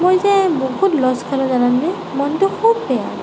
মই যে বহুত লছ খালোঁ জানানে মনটো খুব বেয়া